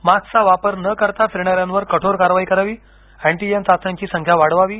मास्कचा वापर न करता फिरणाऱ्यांवर कठोर कारवाई करावी अँटिजेन चाचण्यांची संख्या वाढवावी